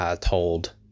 told